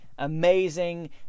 amazing